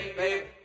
baby